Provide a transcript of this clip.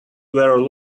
were